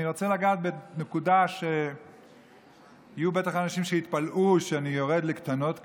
אני רוצה לגעת בנקודה שיהיו בטח אנשים שיתפלאו שאני יורד לקטנות כאלה,